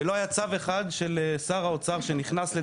ולא היה צו אחד של שר האוצר שנכנס,